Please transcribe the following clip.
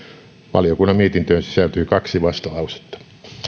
valiokunnan mietintöön sisältyy kaksi vastalausetta